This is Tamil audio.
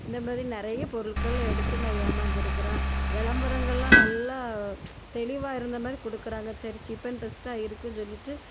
இந்த மாதிரி நிறைய பொருட்கள் எடுத்து நான் ஏமாந்துருக்கிறேன் விளம்பரங்கள் எல்லாம் நல்லா தெளிவாக இருந்த மாதிரி கொடுக்குறாங்க சரி சீப் அன் பெஸ்ட்டாக இருக்கும் சொல்லிட்டு